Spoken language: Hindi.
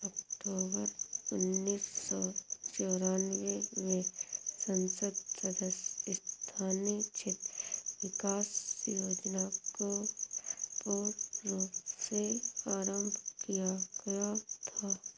अक्टूबर उन्नीस सौ चौरानवे में संसद सदस्य स्थानीय क्षेत्र विकास योजना को पूर्ण रूप से आरम्भ किया गया था